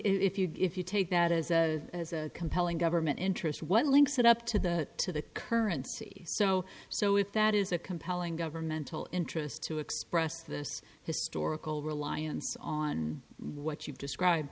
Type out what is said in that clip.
if you if you take that as a compelling government interest what links it up to the to the currency so so if that is a compelling governmental interest to express this historical reliance on what you've describe